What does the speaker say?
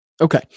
Okay